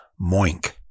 Moink